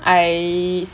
I